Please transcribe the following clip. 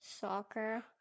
Soccer